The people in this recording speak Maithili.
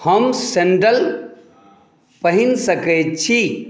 हम सैंडल पहिन सकै छी